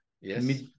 Yes